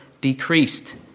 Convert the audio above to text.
decreased